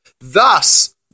Thus